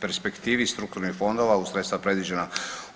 perspektivi strukturnih fondova u sredstva predviđena